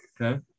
Okay